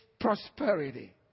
prosperity